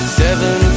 seven